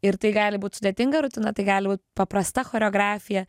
ir tai gali būt sudėtinga rutina tai gali būt paprasta choreografija